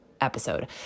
episode